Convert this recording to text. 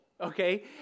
okay